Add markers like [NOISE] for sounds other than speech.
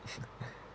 [LAUGHS]